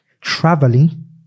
Traveling